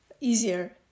easier